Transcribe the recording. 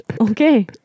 Okay